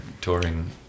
touring